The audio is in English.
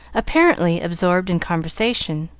apparently absorbed in conversation,